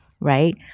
Right